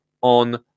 on